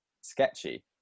sketchy